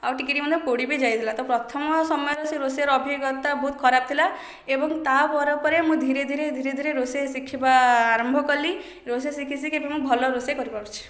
ଆଉ ଟିକେ ଟିକେ ମଧ୍ୟ ପୋଡ଼ିବି ଯାଇଥିଲା ତ ପ୍ରଥମ ସମୟରେ ରୋଷେଇ ଅଭିଜ୍ଞାତା ବହୁତ ଖରାପ ଥିଲା ଏବଂ ତା ପରେ ପରେ ମୁଁ ଧୀରେ ଧୀରେ ଧୀରେ ଧୀରେ ରୋଷେଇ ଶିଖିବା ଆରମ୍ଭ କଲି ରୋଷେଇ ଶିଖି ଶିଖି ମୁଁ ଭଲ ରୋଷେଇ କରିପାରୁଛି